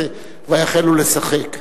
ויחלו לשחק.